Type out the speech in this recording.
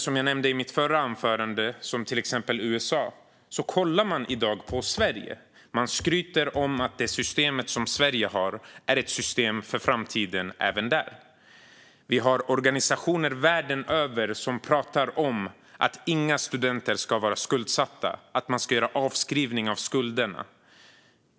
Som jag nämnde i mitt förra anförande kollar i dag andra länder, till exempel USA, på Sverige. Man skryter om att det system som Sverige har är ett system för framtiden även där. Vi har organisationer världen över som pratar om att inga studenter ska vara skuldsatta och att man ska göra avskrivning av skulderna.